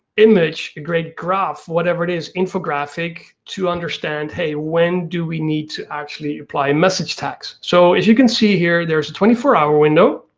image, a great graph, whatever it is, infographics, to understand when do we need to actually apply message tags. so as you can see here, there is a twenty four hour window,